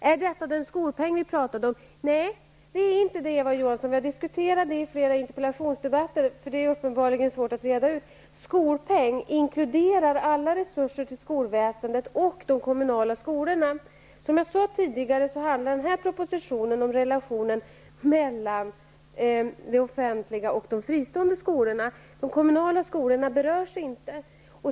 Är detta den skolpeng vi talade om ? Nej, det är det inte, Eva Johansson. Vi har diskuterat det i flera interpellationsdebatter. Det är uppenbarligen svårt att reda ut detta. Skolpeng inkluderar alla resurser till skolväsendet och de kommunala skolorna. Som jag tidigare sade handlar denna proposition om relationen mellan de offentliga och de fristående skolorna. De kommunala skolorna berörs inte.